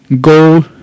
go